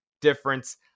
difference